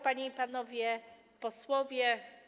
Panie i Panowie Posłowie!